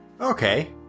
Okay